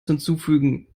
hinzufügen